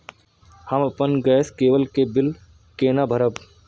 हम अपन गैस केवल के बिल केना भरब?